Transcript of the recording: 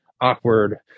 awkward